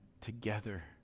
together